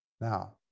Now